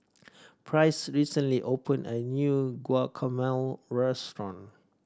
price recently opened a new Guacamole Restaurant